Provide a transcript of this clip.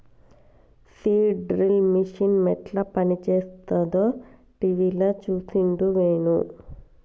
seed drill machine యెట్ల పనిచేస్తదో టీవీల చూసిండు వేణు